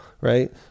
right